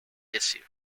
issue